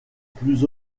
plus